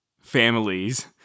families